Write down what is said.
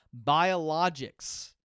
biologics